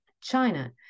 China